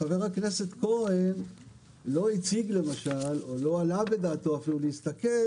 חבר הכנסת כהן לא הציג למשל או לא עלה בדעתו אפילו להסתכל,